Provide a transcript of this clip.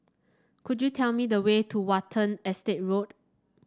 could you tell me the way to Watten Estate Road